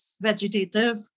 vegetative